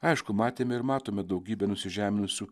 aišku matėme ir matome daugybę nusižeminusių